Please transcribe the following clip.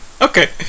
Okay